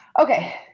okay